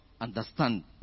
understand